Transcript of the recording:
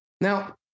Now